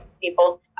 people